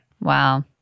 Wow